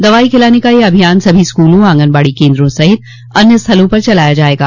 दवाई खिलाने का यह अभियान सभी स्कूलों आंगनबाड़ी केन्द्रों सहित अन्य स्थलों पर चलाया जायेगा